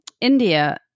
India